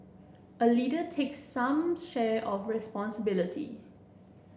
a leader takes some share of responsibility